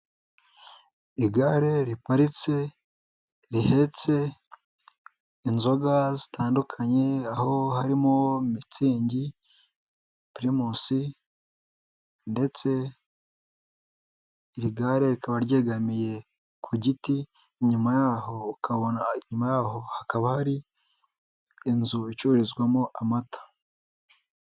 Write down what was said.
Igare riparitse rihetse inzoga zitandukanye, aho harimo mitsingi, primus, ndetse iri gare rikaba ryegamiye ku giti, inyuma yaho hakaba hari inzu icururizwamo amata.